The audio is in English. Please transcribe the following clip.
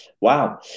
Wow